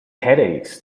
headaches